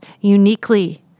uniquely